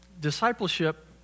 discipleship